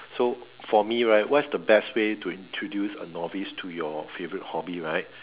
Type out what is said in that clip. so for me right what is the best way to introduce a novice to your favourite hobby right